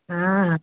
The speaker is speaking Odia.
ହଁ